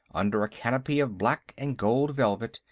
under a canopy of black and gold velvet,